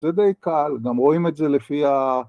‫זה די קל, גם רואים את זה לפי ה...